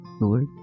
Lord